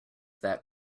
that